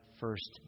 first